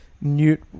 Newt